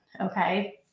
okay